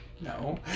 No